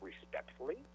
respectfully